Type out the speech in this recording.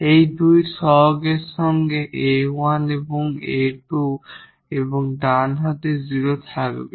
এই দুটি কোইফিসিয়েন্টের সাথে 𝑎1 এবং 𝑎2 এবং ডান হাত 0 থাকবে